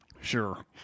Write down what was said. Sure